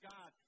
God